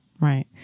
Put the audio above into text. Right